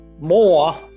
more